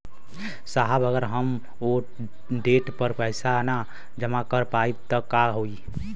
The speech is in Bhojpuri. साहब अगर हम ओ देट पर पैसाना जमा कर पाइब त का होइ?